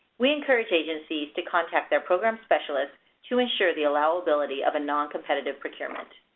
we encourage agencies to contact their program specialist to ensure the allowability of a noncompetitive procurement.